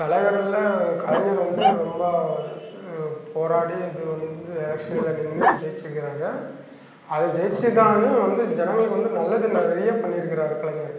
தலைவர்களில் கலைஞர் வந்து ரொம்ப போராடி இது வந்து எலக்ஷனில் நின்று ஜெயிச்சுக்குறாங்க அதை ஜெயிச்சுதான்னு வந்து ஜனங்களுக்கு வந்து நல்லது நிறைய பண்ணிருக்கிறாரு கலைஞர்